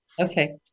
okay